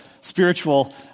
spiritual